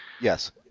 Yes